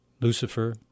Lucifer